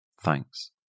Thanks